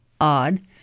odd